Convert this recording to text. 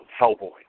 Hellboy